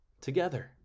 together